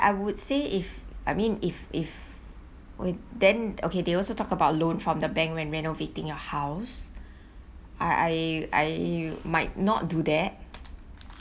I would say if I mean if if we then okay they also talk about loan from the bank when renovating your house I I I might not do that